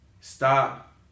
Stop